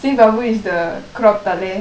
snake babu is the crop Thala